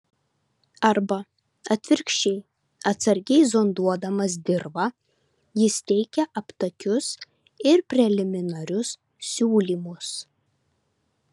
arba atvirkščiai atsargiai zonduodamas dirvą jis teikia aptakius ir preliminarius siūlymus